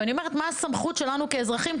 ואני אומרת, מה הסמכות שלנו כאזרחים?